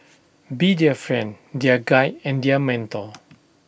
be their friend their guide and their mentor